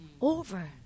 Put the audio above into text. over